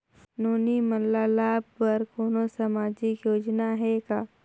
नोनी मन ल लाभ बर कोनो सामाजिक योजना हे का?